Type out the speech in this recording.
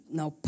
Now